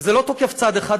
וזה לא תוקף צד אחד,